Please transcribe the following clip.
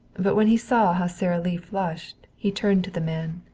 but when he saw how sara lee flushed he turned to the man.